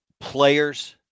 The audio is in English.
players